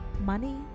money